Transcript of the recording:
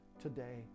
today